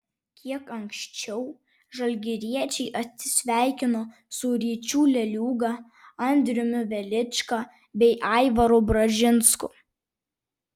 kiek anksčiau žalgiriečiai atsisveikino su ryčiu leliūga andriumi velička bei aivaru bražinsku